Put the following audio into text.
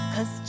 Cause